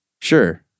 Sure